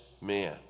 man